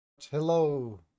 hello